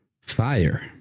Fire